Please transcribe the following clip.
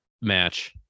match